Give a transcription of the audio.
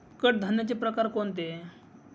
कडधान्याचे प्रकार कोणते?